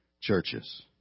churches